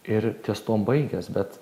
ir ties tuom baigias bet